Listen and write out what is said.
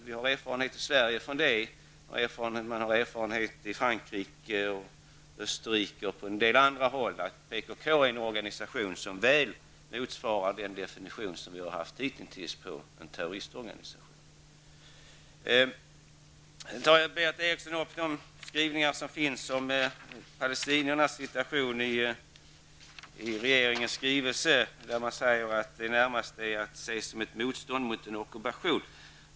Vi har i Sverige erfarenhet av detta, och man har i Frankrike, i Österrike och på annat håll uppfattningen att PKK är en organisation som väl motsvarar den definition som vi hitintills haft på en terroristorganisation. Berith Eriksson tar upp de skrivningar om palestiniernas situation som finns i regeringens skrivelser där det sägs att det närmast är fråga om motstånd mot en ockupation.